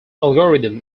algorithm